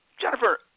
Jennifer